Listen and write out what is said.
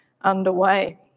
underway